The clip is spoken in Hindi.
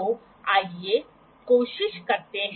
तो आइए कोशिश करते हैं